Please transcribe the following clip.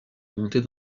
monter